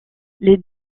les